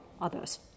others